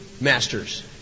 Masters